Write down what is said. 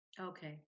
Okay